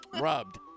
Rubbed